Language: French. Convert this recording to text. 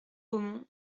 beaumont